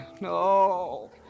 No